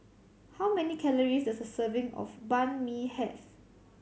how many calories does a serving of Banh Mi have